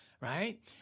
right